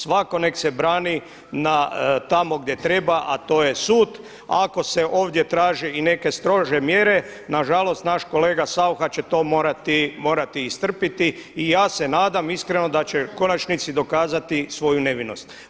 Svako nek se brani tamo gdje treba, a to je sud, ako se ovdje traže i neke strože mjere nažalost naš kolega Saucha će to morati istrpiti i ja se nadam iskreno da će u konačnici dokazati svoju nevinost.